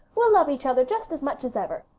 we'll love each other just as much as ever.